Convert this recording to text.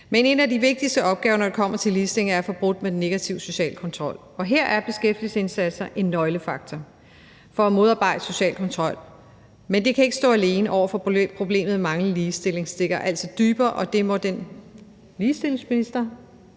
Men en af de vigtigste opgaver, når det kommer til ligestilling, er at få brudt med den negative sociale kontrol, og her er beskæftigelsesindsatser en nøglefaktor for at modarbejde social kontrol. Men det kan ikke stå alene, for problemet manglende ligestilling stikker altså dybere, og det må ligestillingsministeren